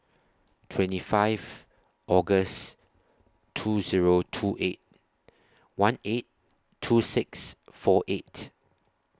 twenty five August two Zero two eight one eight two six four eight